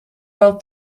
wel